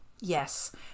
yes